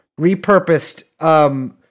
repurposed